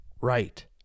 Right